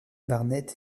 barnett